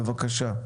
בבקשה.